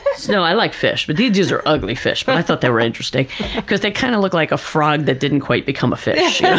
so i like fish, but these are ugly fish. but i thought they were interesting because they, kind of, look like a frog that didn't quite become a fish,